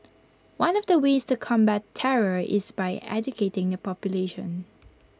one of the ways to combat terror is by educating the population